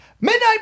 midnight